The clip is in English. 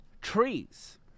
trees